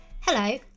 Hello